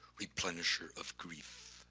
replenisher of grief.